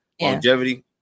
longevity –